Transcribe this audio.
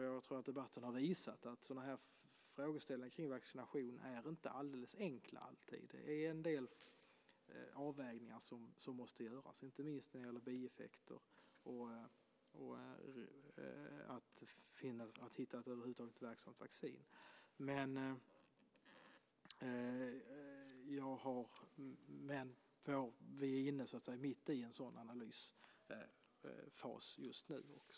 Jag tror att debatten har visat att frågor om vaccination inte är alldeles enkla. Det är en del avvägningar som måste göras, inte minst när det gäller bieffekter och att över huvud taget hitta ett verksamt vaccin. Vi är mitt inne i en sådan analysfas just nu.